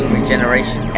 regeneration